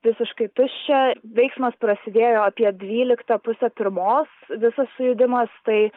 visiškai tuščia veiksmas prasidėjo apie dvyliktą pusę pirmos visas sujudimas tai